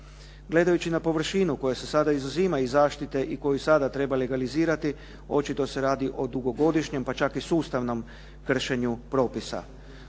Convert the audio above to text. Gledajući na površinu koja se sada izuzima iz zaštite i koju sada treba legalizirati očito se radi o dugogodišnjem, pa čak i sustavnom kršenju propisa.